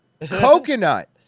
Coconut